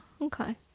Okay